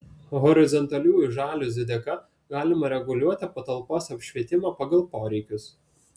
horizontaliųjų žaliuzių dėka galima reguliuoti patalpos apšvietimą pagal poreikius